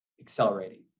accelerating